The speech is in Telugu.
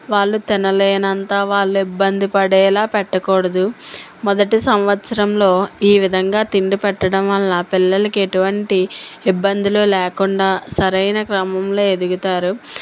వాళ్ళు తినలేనంత వాళ్ళు ఇబ్బంది పడేలాగా పెట్టకూడదు మొదటి సంవత్సరంలో ఈ విధంగా తిండి పెట్టడం వల్ల పిల్లలకు ఇటువంటి ఇబ్బందులు లేకుండా సరైన క్రమంలో ఎదుగుతారు